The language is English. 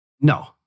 No